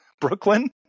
Brooklyn